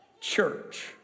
church